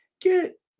Get